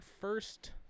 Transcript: first